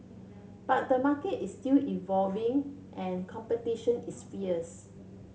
but the market is still evolving and competition is fierce